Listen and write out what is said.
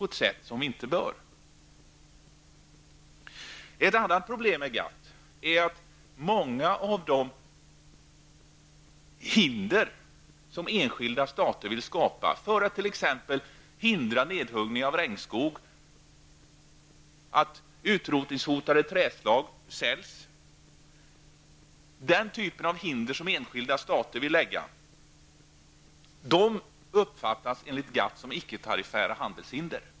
Ett annat problem med GATT är att många av de hinder som enskilda stater vill skapa för att t.ex. förhindra nedhuggning av regnskog eller förhindra försäljning av utrotningshotade träslag uppfattas av GATT som så att säga icke-tarifföra handelshinder.